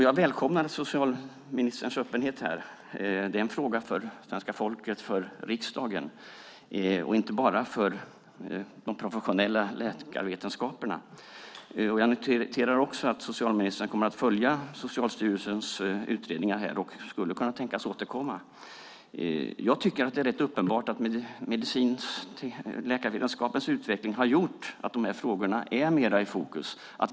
Jag välkomnar socialministerns öppenhet här. Det är en fråga för svenska folket och riksdagen, inte bara för den professionella läkarvetenskapen. Jag noterar också att socialministern kommer att följa Socialstyrelsens utredningar och skulle kunna tänkas återkomma. Jag tycker att det är rätt uppenbart att läkarvetenskapens utveckling har gjort att dessa frågor är mer i fokus.